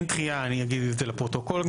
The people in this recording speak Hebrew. אני אגיד את זה לפרוטוקול,